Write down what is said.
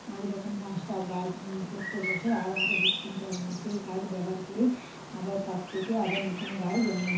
পাঁচ রকম পাঁচটা গাছ প্রত্যেক বছর আর আমাকে বীজ কিনতে হয় না সেই গাছ ব্যবহার করেই আবার তার থেকে আবার নতুন গাছ জন্ম নেয়